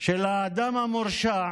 של האדם המורשע,